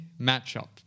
matchup